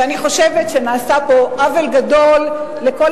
ואני חושבת שנעשה פה עוול גדול לכל